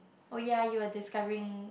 oh ya you were discovering